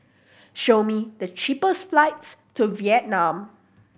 show me the cheapest flights to Vietnam